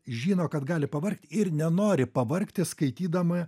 žino kad gali pavargt ir nenori pavargti skaitydami